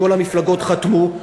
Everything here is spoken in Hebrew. כל המפלגות חתמו,